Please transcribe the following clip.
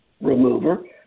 remover